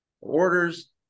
orders